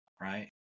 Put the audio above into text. right